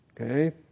Okay